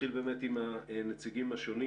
- נתחיל עם הנציגים השונים.